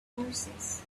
horses